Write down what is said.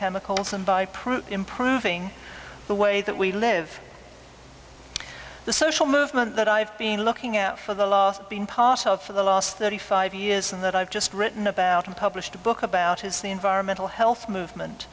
chemicals and by pruett improving the way that we live the social movement that i've been looking out for the last been part of for the last thirty five years and that i've just written about and published a book about is the environmental health movement